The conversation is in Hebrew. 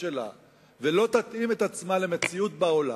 שלה ולא תתאים את עצמה למציאות בעולם,